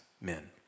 men